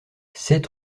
sept